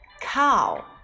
Cow